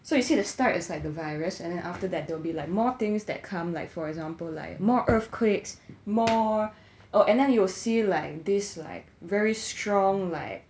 so you see the start is like the virus and then after there will be like more things that come like for example like more earthquakes more err then you will see like this like very strong like